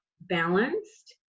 balanced